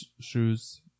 shoes